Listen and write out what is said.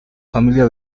familia